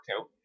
out